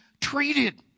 treated